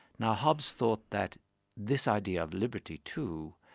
now hobbes thought that this idea of liberty too,